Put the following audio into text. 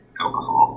alcohol